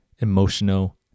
emotional